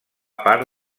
part